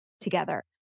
together